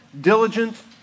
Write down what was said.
diligent